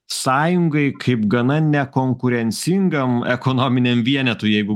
sąjungai kaip gana nekonkurencingam ekonominiam vienetui jeigu